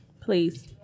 Please